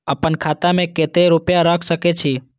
आपन खाता में केते रूपया रख सके छी?